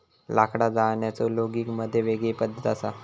लाकडा जाळण्याचो लोगिग मध्ये वेगळी पद्धत असा